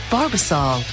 Barbasol